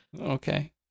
Okay